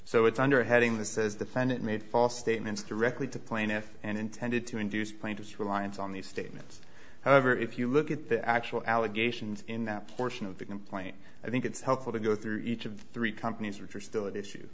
so it's under a heading the says defendant made false statements directly to plaintiff and intended to induce plaintiff's reliance on these statements however if you look at the actual allegations in that portion of the complaint i think it's helpful to go through each of three companies which are still issue